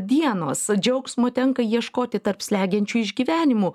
dienos džiaugsmo tenka ieškoti tarp slegiančių išgyvenimų